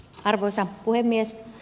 arvoisa puhemies